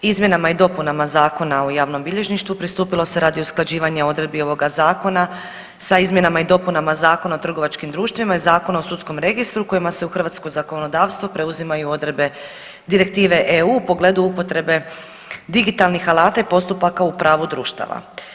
Izmjenama i dopunama Zakona o javnom bilježništvu pristupilo se radi usklađivanja odredbi ovoga zakona sa izmjenama i dopunama Zakona o trgovačkim društvima i Zakona o sudskom registru kojima se u hrvatsko zakonodavstvo preuzimaju odredbe Direktive EU u pogledu upotrebe digitalnih alata i postupaka u pravu društava.